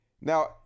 Now